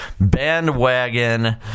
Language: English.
Bandwagon